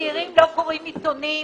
שצעירים לא קוראים עיתונים,